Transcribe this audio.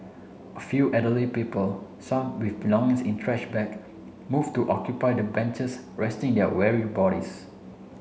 a few elderly people some with belongings in trash bag moved to occupy the benches resting their weary bodies